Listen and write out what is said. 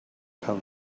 come